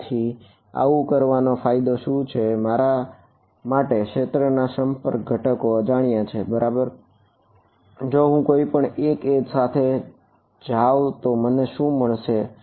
તેથી આવું કરવાનો ફાયદો શું છે મારા માટે ક્ષેત્રના સ્પર્શક ઘટકો અજાણ્યા છે બરાબર જો હું કોઈ પણ 1 એજ મળશે